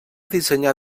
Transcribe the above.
dissenyar